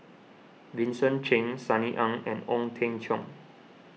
Vincent Cheng Sunny Ang and Ong Teng Cheong